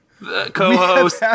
co-host